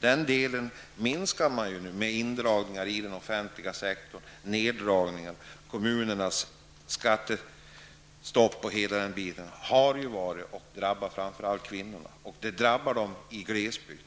Den delen minskar man nu genom indragningar och neddragningar av den offentliga sektorn, kommunernas skattestopp osv. Detta drabbar framför allt kvinnor i glesbygd.